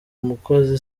umukozi